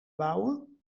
bouwen